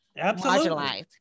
marginalized